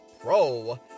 Pro